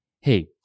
hey